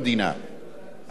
אבל לא קיבלנו את זה.